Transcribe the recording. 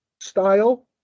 style